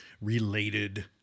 related